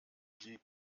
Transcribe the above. blieb